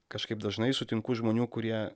kažkaip dažnai sutinku žmonių kurie